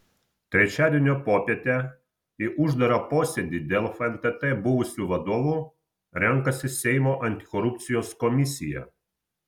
trečiadienio popietę į uždarą posėdį dėl fntt buvusių vadovų renkasi seimo antikorupcijos komisija